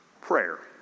prayer